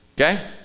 Okay